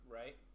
right